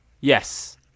Yes